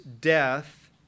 death